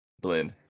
blend